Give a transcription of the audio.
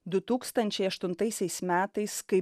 du tūkstančiai aštuntaisiais metais kai